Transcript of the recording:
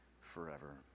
forever